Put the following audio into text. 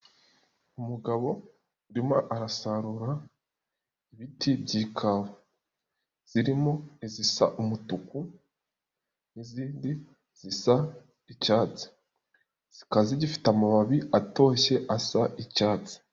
Umugabo urimo arasarura ibiti by'ikawa, zirimo izisa umutuku n'izindi zisa icyatsi, zikaba zigifite amababi atoshye asa icyatsi.